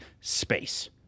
space